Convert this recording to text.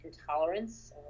intolerance